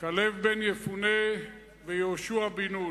כלב בן יפונה ויהושע בן נון.